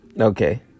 Okay